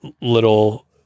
little